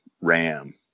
ram